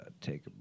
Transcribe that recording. take